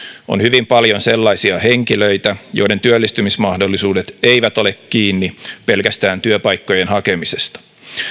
on hyvin paljon sellaisia henkilöitä joiden työllistymismahdollisuudet eivät ole kiinni pelkästään työpaikkojen hakemisesta